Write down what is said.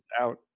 out